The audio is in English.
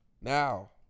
Now